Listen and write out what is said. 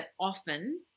often